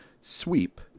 sweep